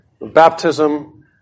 baptism